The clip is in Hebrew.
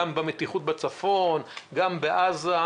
גם במתיחות בצפון וגם בעזה,